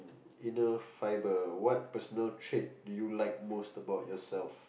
inner fiber what personal trade do you like most about youself